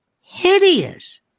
hideous